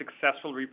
successful